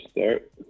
start